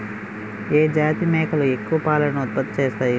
ఏ జాతి మేకలు ఎక్కువ పాలను ఉత్పత్తి చేస్తాయి?